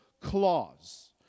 clause